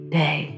day